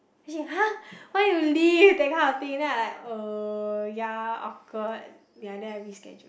then she !huh! why you leave that kind of thing then I like uh ya awkward ya then I rescheduled